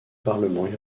parlement